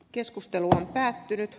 keskustelu on päättynyt